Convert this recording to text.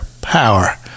power